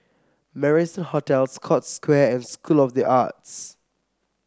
Marrison Hotel Scotts Square and School of the Arts